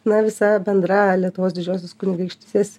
na visa bendra lietuvos didžiosios kunigaikštystės